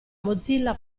mozilla